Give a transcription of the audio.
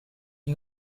new